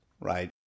right